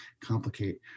complicate